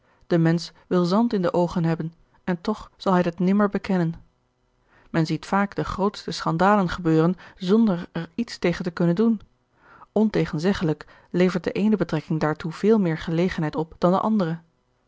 de mensch wil zand in de oogen hebben en toch zal hij dit nimmer bekennen men ziet vaak de grootste schandalen gebeuren zonder er iets tegen te kunnen doen ontegenzeggelijk levert de eene betrekking daartoe veel meer gelegenheid op dan de andere